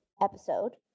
episode